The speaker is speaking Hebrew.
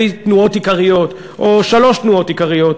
שתי תנועות עיקריות או שלוש תנועות עיקריות,